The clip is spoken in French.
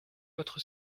votre